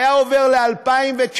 והיה עובר ל-2019,